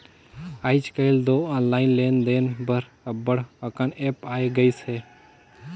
आएज काएल दो ऑनलाईन लेन देन बर अब्बड़ अकन ऐप आए गइस अहे